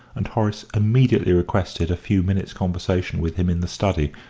and horace immediately requested a few minutes' conversation with him in the study,